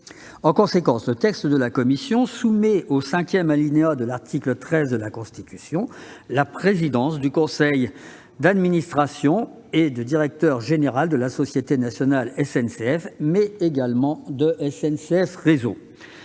En conséquence, le texte de la commission soumet au cinquième alinéa de l'article 13 de la Constitution le président du conseil d'administration et le directeur général de la société nationale SNCF, mais également celui de SNCF Réseau.